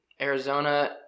Arizona